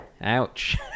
Ouch